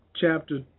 Chapter